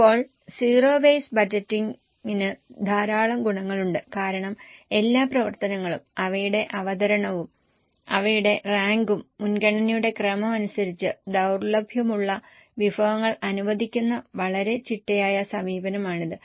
ഇപ്പോൾ zero base ബഡ്ജറ്റിന് ധാരാളം ഗുണങ്ങളുണ്ട് കാരണം എല്ലാ പ്രവർത്തനങ്ങളും അവയുടെ അവതരണങ്ങളും അവയുടെ റാങ്കും മുൻഗണനയുടെ ക്രമം അനുസരിച്ച് ദൌർലഭ്യമുള്ള വിഭവങ്ങൾ അനുവദിക്കുന്ന വളരെ ചിട്ടയായ സമീപനമാണിത്